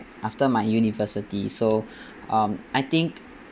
after my university so um I think